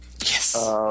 Yes